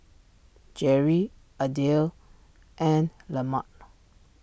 Jerri Adele and lemak